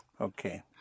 Okay